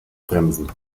bremsen